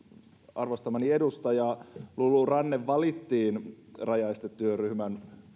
arvostamani edustaja lulu ranne valittiin rajaestetyöryhmän